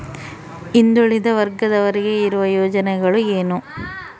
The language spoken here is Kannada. ಹಿಂದುಳಿದ ವರ್ಗದವರಿಗೆ ಇರುವ ಯೋಜನೆಗಳು ಏನು?